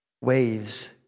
waves